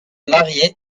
mariée